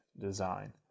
design